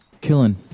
Killing